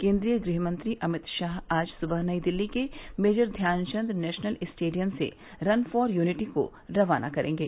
केन्द्रीय गृह मंत्री अमित शाह आज सुबह नई दिल्ली के मेजर ध्यानचंद नेशनल स्टेडियम से रन फॉर यूनिटी को रवाना करेंगे